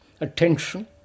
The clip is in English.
attention